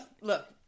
Look